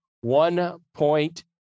one-point